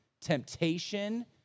temptation